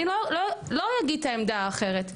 אני לא אגיד את העמדה האחרת.